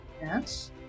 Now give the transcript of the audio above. Yes